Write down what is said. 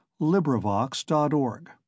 LibriVox.org